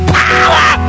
power